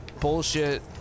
bullshit